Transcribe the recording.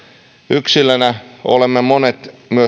yksilöinä olemme monet myös